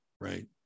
right